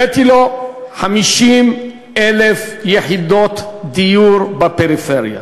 הבאתי לו 50,000 יחידות דיור בפריפריה,